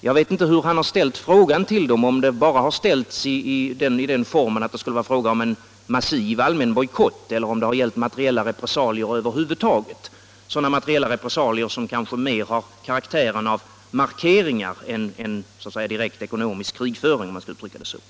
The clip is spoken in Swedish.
Jag vet inte hur han har ställt frågan till dem, om det bara skulle vara fråga om en massiv allmän bojkott eller om det skulle gälla materiella repressalier över huvud taget — sådana materiella repressalier som kanske mer har karaktären av markeringar än av direkt ekonomisk krigföring, om man kan uttrycka det så.